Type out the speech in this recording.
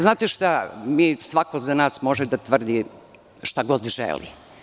Znate šta, svako za nas može da tvrdi šta god želi.